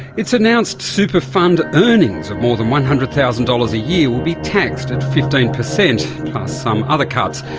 it's announced super fund earnings of more than one hundred thousand dollars a year will be taxed at fifteen percent, plus some other cuts.